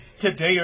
today